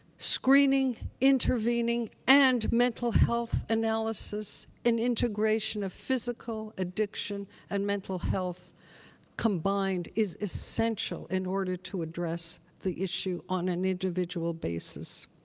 screening, intervening, and mental health analysis and integration of physical addiction and mental health combined is essential in order to address the issue on an individual basis.